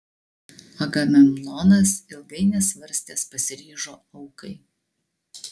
agamemnonas ilgai nesvarstęs pasiryžo aukai